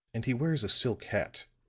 and he wears a silk hat.